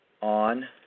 on